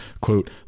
quote